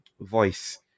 voice